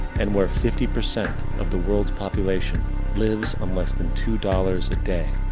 and, where fifty percent of the world's population lives on less than two dollars a day.